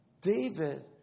David